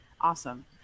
Awesome